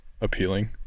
appealing